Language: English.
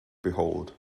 behold